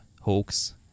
hoax